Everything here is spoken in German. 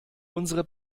unsere